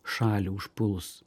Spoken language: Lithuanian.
šalį užpuls